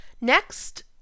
Next